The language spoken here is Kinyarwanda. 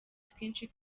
twinshi